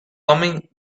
coming